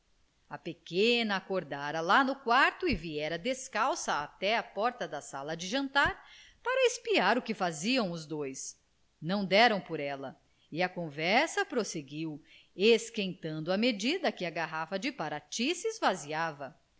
a pequena acordara lá no quarto e viera descalça até à porta da sala de jantar para espiar o que faziam os dois não deram por ela e a conversa prosseguiu esquentando a medida que a garrafa de parati se esvaziava